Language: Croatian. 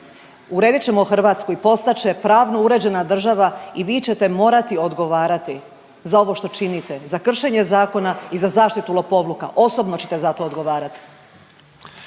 Uredit ćemo Hrvatsku i postat će pravno uređena država i vi ćete morati odgovarati za ovo što činite, za kršenje zakona i za zaštitu lopovluka, osobno ćete za to odgovarati.